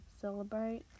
celebrate